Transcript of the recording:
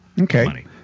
Okay